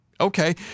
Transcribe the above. okay